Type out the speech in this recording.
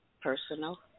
personal